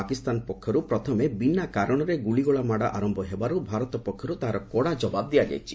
ପାକିସ୍ତାନ ପଟୁ ପ୍ରଥମେ ବିନା କାରଣରେ ଗୁଳିଗୋଳା ମାଡ଼ ଆରମ୍ଭ ହେବାରୁ ଭାରତ ପକ୍ଷରୁ ତାହାର କଡ଼ା ଜବାବ ଦିଆଯାଇଛି